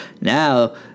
Now